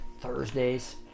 Thursdays